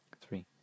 three